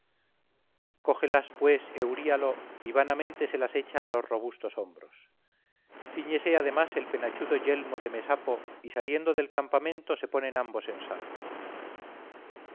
cógelas pues euríalo y vanamente se las echa a los robustos hombros cíñese además el penachudo yelmo de mesapo y saliendo del campamento se ponen ambos en salvo